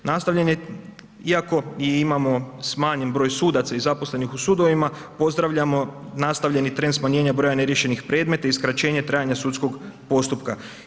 Nastavljen je iako i imamo smanjen broj sudaca i zaposlenih u sudovima pozdravljamo nastavljeni trend smanjenja broja neriješenih predmeta i skraćenje trajanja sudskog postupka.